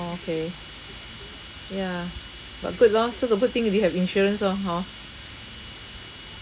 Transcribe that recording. okay ya but good lor so the good thing you already have insurance orh hor